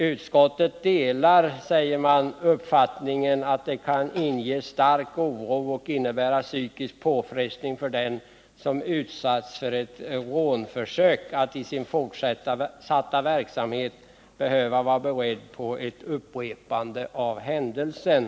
Utskottet delar, säger man, ”uppfattningen att det kan inge stark oro och innebära psykiska påfrestningar för den som utsätts för ett rånförsök att i sin fortsatta verksamhet behöva vara beredd på ett upprepande av händelsen”.